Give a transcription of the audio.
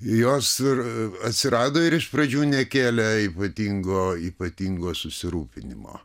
jos ir atsirado ir iš pradžių nekėlė ypatingo ypatingo susirūpinimo